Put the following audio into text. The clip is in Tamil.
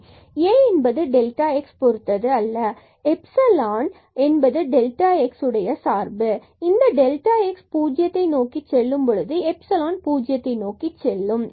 A என்பது delta x பொறுத்தது அல்ல எப்சிலான் என்பது delta x உடைய சார்பு இந்த டெல்டா x பூஜ்ஜியத்தை நோக்கி செல்லும் பொழுது எப்சிலான் epsilon பூஜ்ஜியம் நோக்கி செல்கிறது